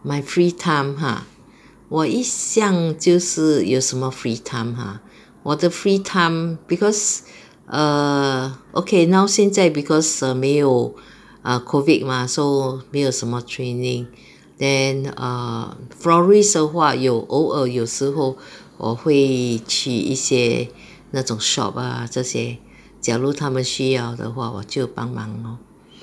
my free time !huh! 我一向就是有什么 free time !huh! 我的 free time because err okay now 现在 because err 没有 err COVID mah so 没有什么 training then err florist 的话有偶而有有时候我会去一些那种 shop ah 这些假如他们需要的话我就帮忙 lor